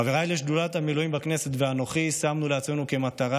חבריי לשדולת המילואים בכנסת ואנוכי שמנו לעצמנו למטרה